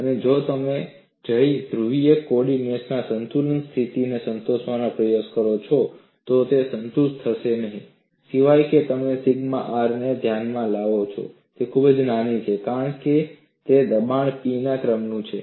અને જો તમે જઈને ધ્રુવીય કોઓર્ડિનેટ્સમાં સંતુલન સ્થિતિને સંતોષવાનો પ્રયત્ન કરો છો તો તે સંતુષ્ટ થશે નહીં સિવાય કે તમે સિગ્મા R ને ધ્યાનમાં લો જે ખૂબ જ નાની છે કારણ કે તે દબાણ P ના ક્રમનું છે